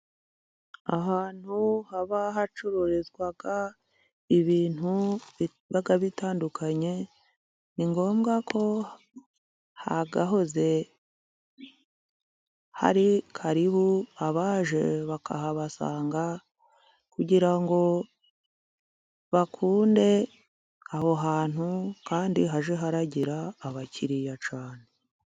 Ahantu haba hacururizwa ibintu biba bitandukanye ni ngombwa ko hagahoze hari karibu, abaje bakahabasanga kugira ngo bakunde aho hantu kandi hajye hagira abakiriya cyane.